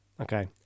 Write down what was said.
Okay